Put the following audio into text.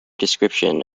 description